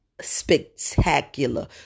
spectacular